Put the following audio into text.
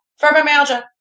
fibromyalgia